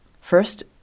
First